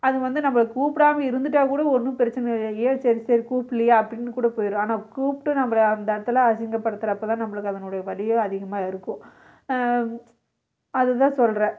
அதுக்கு வந்து நம்மள கூப்பிடாம இருந்துவிட்டா கூட ஒன்றும் பிரச்சின இல்லை ஏன் சரி சரி கூப்பிட்லையா அப்படின்னு கூட போயிடும் ஆனால் கூப்பிட்டு நம்மளை அந்த இடத்துல அசிங்கப்படுத்துகிறப்ப தான் நம்மளுக்கு அதனுடைய வலியோ அதிகமாக இருக்கும் அதுதான் சொல்கிறேன்